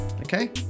Okay